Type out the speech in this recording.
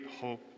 hope